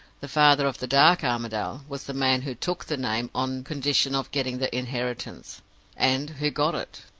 the father of the dark armadale was the man who took the name, on condition of getting the inheritance and who got it.